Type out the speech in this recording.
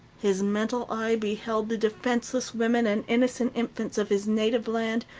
his mental eye beheld the defenceless women and innocent infants of his native land,